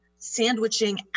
sandwiching